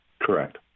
Correct